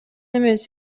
эмес